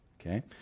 Okay